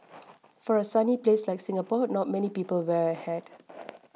for a sunny place like Singapore not many people wear a hat